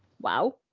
Wow